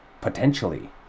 potentially